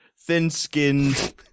thin-skinned